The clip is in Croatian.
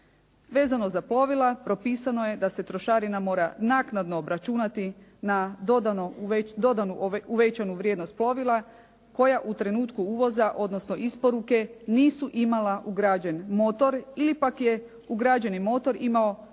Vezano za plovila, propisano je da se trošarina mora naknadno obračunati na dodanu uvećanu vrijednost plovila koja u trenutku uvoza, odnosno isporuke nisu imala ugrađen motor ili pak je ugrađeni motor imao manju